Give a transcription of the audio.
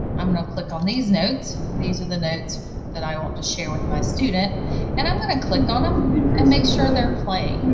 i'm going to click on this note. these are the notes that i want to share with my student and i'm going to click on them and make sure and they're playing.